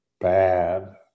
Bad